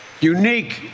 unique